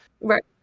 right